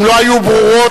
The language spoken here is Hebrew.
אם לא היו ברורות,